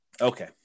Okay